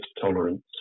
tolerance